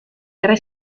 tre